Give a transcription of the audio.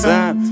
Time